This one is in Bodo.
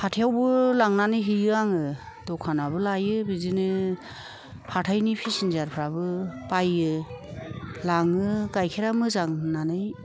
हाथाइयावबो लांनानै हैयो आङो दखानाबो लायो बिदिनो हाथाइनि पेसेनजार फ्राबो बायो लाङो गाइखेरा मोजां होननानै